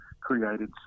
created